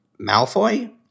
Malfoy